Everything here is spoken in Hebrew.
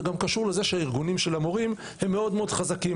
זה גם קשור לזה שהארגונים של המורים הם מאוד-מאוד חזקים